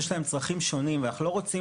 יש להם צריכים שונים אנחנו לא רוצים